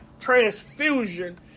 transfusion